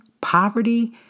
poverty